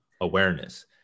awareness